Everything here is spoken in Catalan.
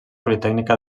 politècnica